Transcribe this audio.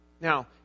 Now